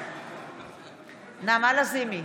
בעד נעמה לזימי,